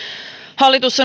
hallitus